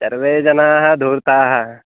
सर्वे जनाः दूर्ताः